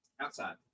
Outside